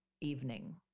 evening